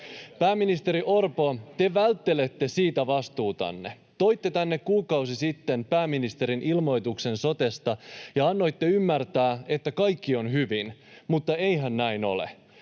Pääministeri Orpo, te välttelette siitä vastuutanne. Toitte tänne kuukausi sitten pääministerin ilmoituksen sotesta ja annoitte ymmärtää, että kaikki on hyvin. Mutta eihän näin ole.